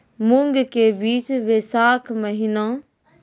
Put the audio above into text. मूंग के बीज बैशाख महीना